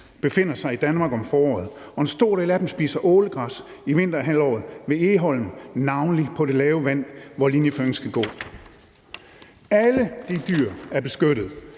befinder sig i Danmark om foråret, og en stor del af dem spiser ålegræs i vinterhalvåret ved Egholm, navnlig på det lave vand, hvor linjeføringen skal gå. Alle de dyr er beskyttet